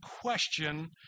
question